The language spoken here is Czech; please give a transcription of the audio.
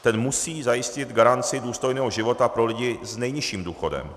Ten musí zajistit garanci důstojného života pro lidi s nejnižším důchodem.